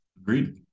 Agreed